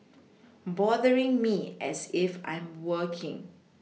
bothering me as if I'm working